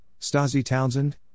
Stasi-Townsend